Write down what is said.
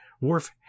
Worf